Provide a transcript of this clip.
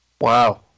Wow